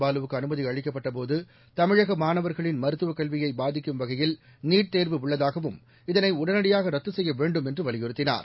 பாலுவுக்கு அனுமதி அளிக்கப்பட்ட போது தமிழக மாணவர்களின் மருத்துவக் கல்வியை பாதிக்கும் வகையில் நீட் தேர்வு உள்ளதாகவும் இதனை உடனடியாக ரத்து செய்ய வேண்டும் என்று வலியுறுத்தினார்